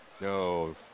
No